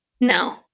No